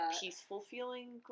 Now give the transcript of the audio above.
peaceful-feeling